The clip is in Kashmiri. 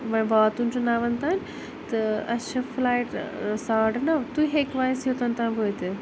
ؤنۍ واتُن چھُ نَوَن تٲنۍ تہٕ اسہِ چھِ فٕلایِٹ ٲں ساڑٕ نَو تُہۍ ہیٚکٕوا اسہِ یۄتَن تام وٲتِتھ